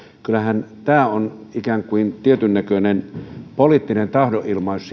kyllähän tämä on ikään kuin tietynnäköinen poliittinen tahdonilmaus